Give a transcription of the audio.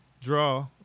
draw